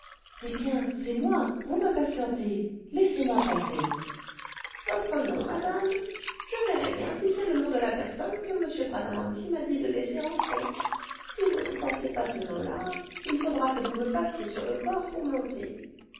eh bien c'est moi vous m'impatientez laissez-moi passer votre nom madame je verrai bien si c'est le nom de la personne que m bradamanti m'a dit de laisser entrer si vous ne portez pas ce nom-là il faudra que vous me passiez sur le corps pour monter